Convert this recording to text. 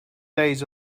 days